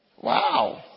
Wow